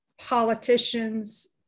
politicians